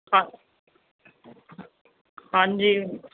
ਹਾਂ ਹਾਂਜੀ